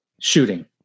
shooting